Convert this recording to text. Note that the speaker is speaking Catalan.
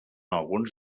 alguns